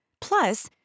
plus